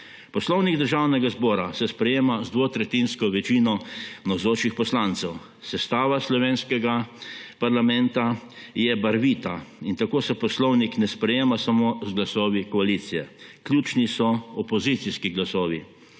Poslovnik državnega zbora se sprejema z dvotretjinsko večino navzočih poslancev, sestava slovenskega parlamenta je barvita in tako se Poslovnik ne sprejema samo z glasovi koalicije, ključni so opozicijski glasovi.